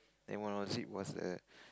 then one of it was a